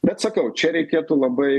bet sakau čia reikėtų labai